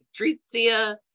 Patrizia